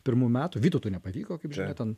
pirmų metų vytautui nepavyko kaip žinia ten